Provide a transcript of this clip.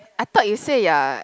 I thought you say you are